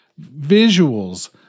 visuals